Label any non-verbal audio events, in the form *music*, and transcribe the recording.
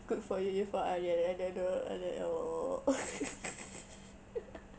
good for you good for everyone I don't know *noise* *laughs*